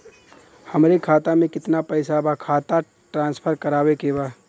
हमारे खाता में कितना पैसा बा खाता ट्रांसफर करावे के बा?